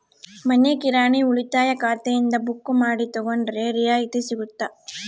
ಮನಿ ಕಿರಾಣಿ ಉಳಿತಾಯ ಖಾತೆಯಿಂದ ಬುಕ್ಕು ಮಾಡಿ ತಗೊಂಡರೆ ರಿಯಾಯಿತಿ ಸಿಗುತ್ತಾ?